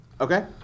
Okay